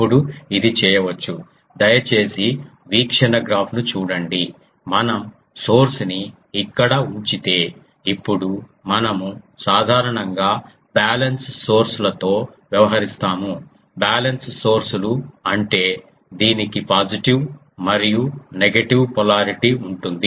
ఇప్పుడు ఇది చేయవచ్చు దయచేసి వీక్షణ గ్రాఫ్ ను చూడండి మనం సోర్స్ ని ఇక్కడ ఉంచితే ఇప్పుడు మనము సాధారణంగా బ్యాలెన్స్ సోర్స్ లతో వ్యవహరిస్తాము బ్యాలెన్స్ సోర్స్ లు అంటే దీనికి పాజిటివ్ మరియు నెగెటివ్ పోలారిటీ ఉంటుంది